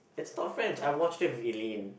it's not French I watched it with Eileen